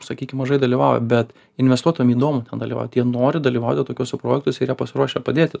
sakykim mažai dalyvauja bet investuotojam įdomu ten dalyvaut jie nori dalyvauti tokiuose projektuose yra pasiruošę padėti